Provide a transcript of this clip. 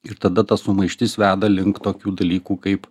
ir tada ta sumaištis veda link tokių dalykų kaip